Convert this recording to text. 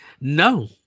No